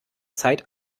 zeit